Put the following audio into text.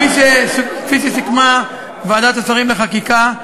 כפי שסיכמה ועדת השרים לחקיקה,